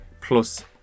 plus